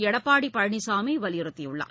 எடப்பாடி பழனிசாமி வலியுறுத்தியுள்ளார்